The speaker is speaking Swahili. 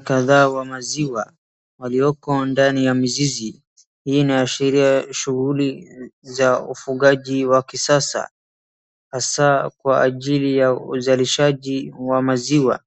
Ng'ombe kadhaa wa maziwa walioko ndani ya mizizi. Hii inaashiria shughuli za ufugaji wa kisasa hasaa kwa ajili ya uzalishaji wa maziwa.